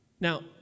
Now